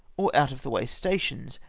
or out-of-the-way stations,